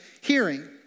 hearing